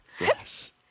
Yes